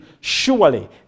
Surely